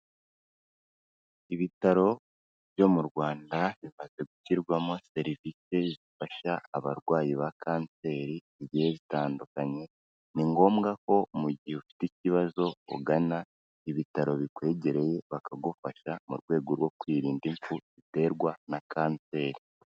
Ibitaro byo mu Rwanda, bimaze gushyirwamo serivise zifasha abarwayi ba kanseri igihe gitandukanye, ni ngombwa ko mu gihe ufite ikibazo ugana ibitaro bikwegereye bakagufasha, mu rwego rwo kwirinda impfu ziterwa na kanseri.